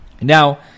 Now